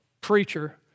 preacher